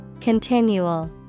Continual